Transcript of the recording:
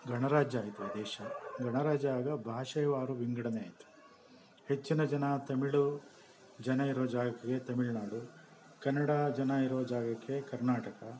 ಗಣರಾಜ್ಯ ಆಯಿತು ದೇಶ ಗಣರಾಜ್ಯ ಆಗ ಭಾಷಾವಾರು ವಿಂಗಡಣೆ ಆಯಿತು ಹೆಚ್ಚಿನ ಜನ ತಮಿಳು ಜನ ಇರೋ ಜಾಗಕ್ಕೆ ತಮಿಳುನಾಡು ಕನ್ನಡ ಜನ ಇರೋ ಜಾಗಕ್ಕೆ ಕರ್ನಾಟಕ